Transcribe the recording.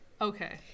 okay